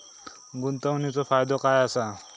गुंतवणीचो फायदो काय असा?